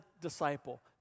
disciple